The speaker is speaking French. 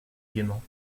gaiement